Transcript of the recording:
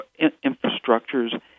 infrastructures